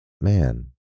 man